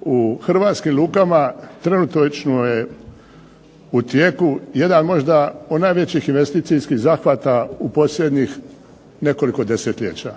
U hrvatskim lukama trenutačno je u tijeku jedan možda od najvećih investicijskih zahvata u posljednjih nekoliko desetljeća.